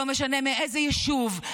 לא משנה מאיזה יישוב,